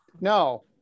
no